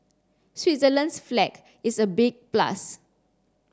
Switzerland's flag is a big plus